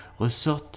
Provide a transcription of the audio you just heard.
ressorte